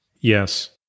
Yes